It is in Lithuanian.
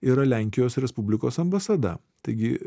yra lenkijos respublikos ambasada taigi